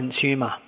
consumer